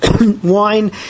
Wine